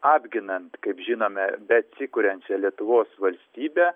apginant kaip žinome besikuriančią lietuvos valstybę